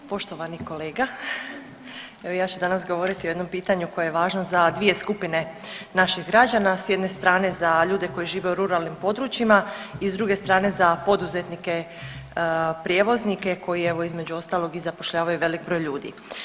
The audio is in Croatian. Poštovani kolega, evo ja ću danas govoriti o jednom pitanju koje je važno za dvije skupine naših građana, s jedne strane za ljude koji žive u ruralnim područjima, i s druge strane, za poduzetnike prijevoznike koji, evo, između ostalog i zapošljavaju velik broj ljudi.